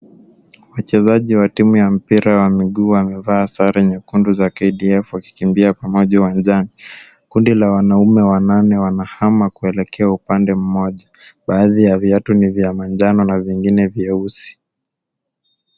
Wachezaji wa mpira wa miguu wamevaa jezi nyekundu za KDF wakikimbia uwanjani. Kundi la wanaume wanane wanahama kuelekea upande mmoja. Baadhi ya viatu ni vya manjano na vingine vyeusi.